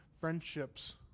friendships